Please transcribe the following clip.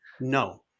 no